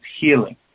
healing